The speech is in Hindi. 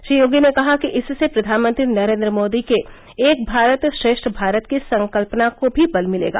श्री योगी ने कहा कि इससे फ्र्वानमंत्री नरेन्द्र मोदी के एक भारत श्रेष्ठ भारत की संकल्पना को भी बल मिलेगा